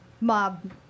mob